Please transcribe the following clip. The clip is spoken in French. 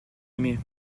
aimé